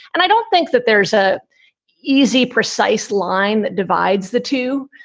and i don't think that there's a easy, precise line that divides the two.